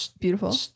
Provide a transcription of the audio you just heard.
Beautiful